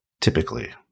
typically